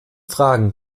fragen